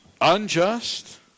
unjust